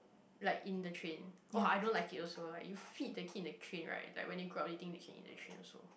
like in the train oh I don't like it also ah like you feed the kid in the train right like when they grow up they think they can eat in the train also